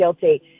guilty